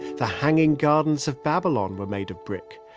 the hanging gardens of babylon were made of brick,